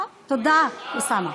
או, תודה, אוסאמה.